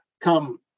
come